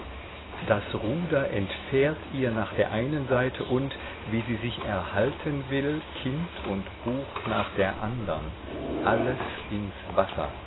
das ruder entfährt ihr nach der einen seite und wie sie sich erhalten will kind und buch nach der andern alles ins wasser